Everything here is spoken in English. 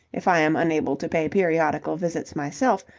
if i am unable to pay periodical visits myself,